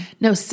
No